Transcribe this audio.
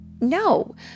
No